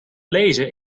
lezen